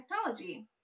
technology